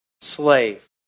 slave